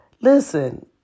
listen